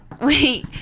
Wait